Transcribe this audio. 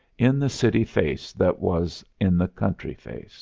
in the city face that was in the country face